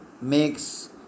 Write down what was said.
makes